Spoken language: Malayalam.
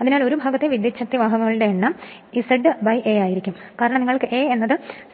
അതിനാൽ ഒരു ഭാഗത്തെ വിദ്യുച്ഛക്തിവാഹകങ്ങളുടെ എണ്ണം Z A ആയിരിക്കും കാരണം നിങ്ങൾക്ക് A